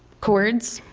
chords